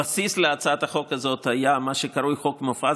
הבסיס להצעת החוק הזאת היה מה שקרוי חוק מופז.